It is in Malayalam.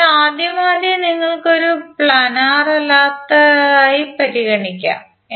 അതിനാൽ ആദ്യമാദ്യം നിങ്ങൾ ഇത് ഒരു പ്ലാനർ അല്ലാത്തതായി പരിഗണിക്കും